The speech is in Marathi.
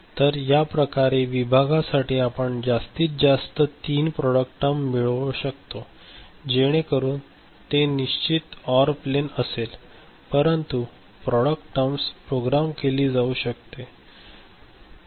तर या प्रत्येक विभागासाठी आपण जास्तीत जास्त तीन प्रॉडक्ट टर्म मिळवू शकतो जेणेकरून ते निश्चित ऑर प्लेन असेल परंतु प्रॉडक्ट टर्म प्रोग्राम केली जाऊ शकतो